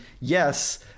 yes